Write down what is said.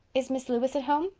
is miss lewis at home?